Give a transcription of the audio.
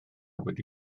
wedi